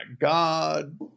God